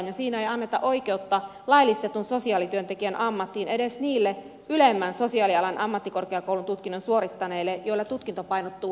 siinä ei anneta oikeutta laillistetun sosiaalityöntekijän ammattiin edes niille ylemmän sosiaalialan ammattikorkeakoulututkinnon suorittaneille joilla tutkinto painottuu sosiaalityöhön